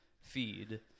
feed